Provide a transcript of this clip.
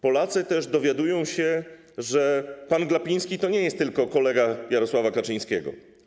Polacy również dowiadują się, że pan Glapiński to nie jest tylko kolega Jarosława Kaczyńskiego.